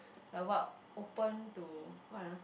like what open to what ah